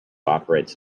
operates